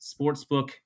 sportsbook